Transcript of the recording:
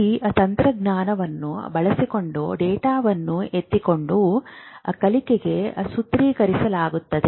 ಈ ತಂತ್ರಜ್ಞಾನವನ್ನು ಬಳಸಿಕೊಂಡು ಡೇಟಾವನ್ನು ಎತ್ತಿಕೊಂಡು ಕಲಿಕೆಗೆ ಸೂತ್ರೀಕರಿಸಲಾಗುತ್ತದೆ